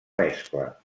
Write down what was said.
mescla